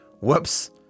Whoops